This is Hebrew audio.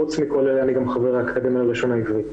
חוץ מזה, אני גם חבר האקדמיה ללשון העברית.